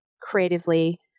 creatively